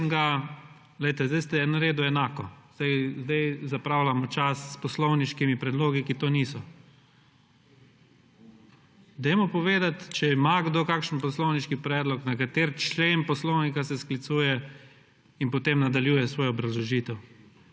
sem ga. Sedaj ste naredil enako. Sedaj zapravljamo čas s poslovniškimi predlogi, ki to niso. Dajmo povedati, če ima kdo kakšen poslovniški predlog na kateri člen Poslovnika se sklicuje in potem nadaljuje svojo obrazložitev.